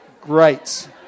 Great